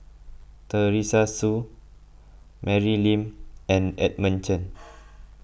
Teresa Hsu Mary Lim and Edmund Chen